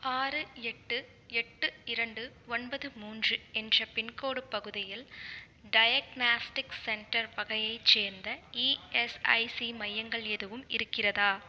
ஆறு எட்டு எட்டு இரண்டு ஒன்பது மூன்று என்ற பின்கோட் பகுதியில் டயக்னாஸ்டிக் சென்டர் வகையைச் சேர்ந்த இஎஸ்ஐசி மையங்கள் எதுவும் இருக்கிறதா